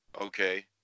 okay